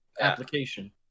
application